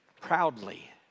proudly